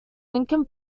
lincoln